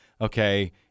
okay